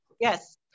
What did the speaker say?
Yes